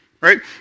right